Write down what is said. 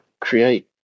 create